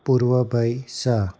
Purvabhai Shah